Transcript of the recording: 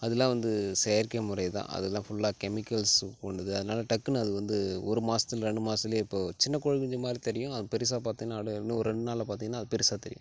அதெலாம் வந்து செயற்கை முறைதான் அதுலாம் ஃபுல்லா கெமிக்கல்ஸ் அதனால டக்குனு அதுவந்து ஒரு மாசத்தில் ரெண்டு மாசத்திலே இப்போது சின்னக் கோழிக்குஞ்சுமாதிரித் தெரியும் அது பெருசாக பார்த்தேனா அடு இன்னும் ஒரு ரெண்டுநாள்ல பார்த்திங்ன்னா அது பெருசாக தெரியும்